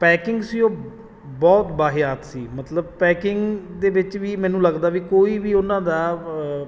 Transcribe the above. packing ਸੀ ਉਹ ਬਹੁਤ ਵਾਹਿਯਾਤ ਸੀ ਮਤਲਬ ਪੈਕਿੰਗ ਦੇ ਵਿੱਚ ਵੀ ਮੈਨੂੰ ਲੱਗਦਾ ਵੀ ਕੋਈ ਵੀ ਉਹਨਾਂ ਦਾ